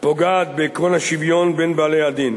פוגעת בעקרון השוויון בין בעלי-הדין,